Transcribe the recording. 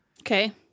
Okay